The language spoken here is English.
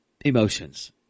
emotions